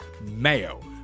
MAYO